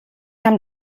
haben